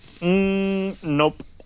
Nope